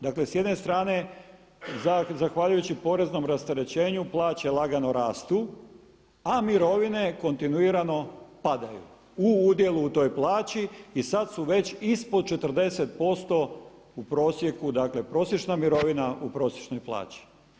Dakle s jedne strane zahvaljujući poreznom rasterećenju plaće lagano rastu a mirovine kontinuirano padaju u udjelu u toj plaći i sad su već ispod 40% u prosjeku, dakle prosječna mirovina u prosječnoj plaći.